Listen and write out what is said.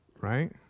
Right